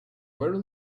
very